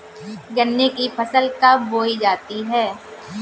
गन्ने की फसल कब बोई जाती है?